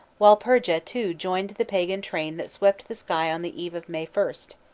walpurga too joined the pagan train that swept the sky on the eve of may first,